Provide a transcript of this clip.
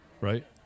right